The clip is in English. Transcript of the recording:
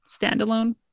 standalone